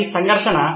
అది సంఘర్షణ